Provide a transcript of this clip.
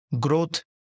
growth